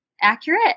accurate